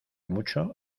mucho